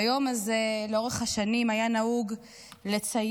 ביום הזה לאורך השנים היה נהוג לציין